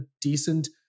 decent